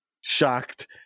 Shocked